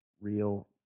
real